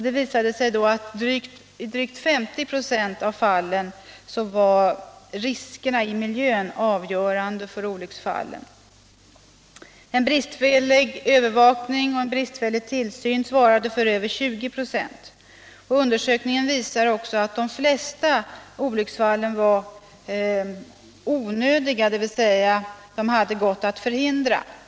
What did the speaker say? Det visade sig att i drygt 50 26 av fallen var riskerna i miljön avgörande för olycksfallen. Bristfällig övervakning och tillsyn svarade för 20 ?6. Undersökningen visade också att de flesta olycksfallen var ”onödiga”, dvs. de hade gått att förhindra.